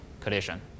collision